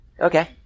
Okay